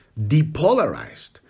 depolarized